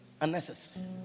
Unnecessary